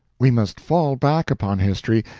we must fall back upon history,